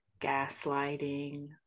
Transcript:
gaslighting